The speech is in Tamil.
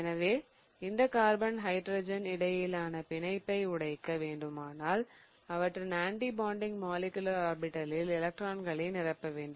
எனவே இந்த கார்பன் ஹைட்ரஜன் இடையிலான பிணைப்பை உடைக்க வேண்டுமானால் அவற்றின் ஆன்ட்டி பாண்டிங் மாலிகுலர் ஆர்பிடலில் எலக்ட்ரான்களை நிரப்ப வேண்டும்